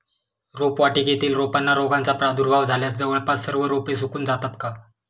रोपवाटिकेतील रोपांना रोगाचा प्रादुर्भाव झाल्यास जवळपास सर्व रोपे सुकून जातात का?